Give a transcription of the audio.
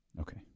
Okay